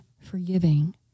forgiving